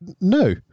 no